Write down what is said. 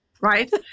Right